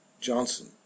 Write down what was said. Johnson